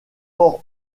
port